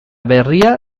berria